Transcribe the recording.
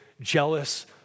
jealous